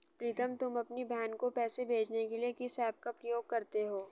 प्रीतम तुम अपनी बहन को पैसे भेजने के लिए किस ऐप का प्रयोग करते हो?